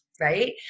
Right